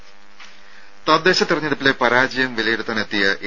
രുര തദ്ദേശ തെരഞ്ഞെടുപ്പിലെ പരാജയം വിലയിരുത്താനെത്തിയ എ